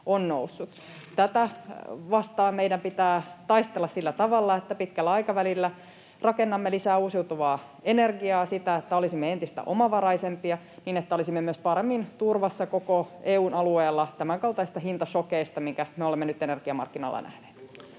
Tätä vastaan meidän pitää taistella sillä tavalla, että pitkällä aikavälillä rakennamme lisää uusiutuvaa energiaa, niin että olisimme entistä omavaraisempia ja niin että olisimme myös paremmin turvassa koko EU:n alueella tämänkaltaisilta hintašokeilta, minkä me olemme nyt energiamarkkinoilla nähneet.